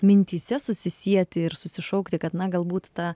mintyse susisieti ir susišaukti kad na galbūt ta